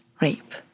rape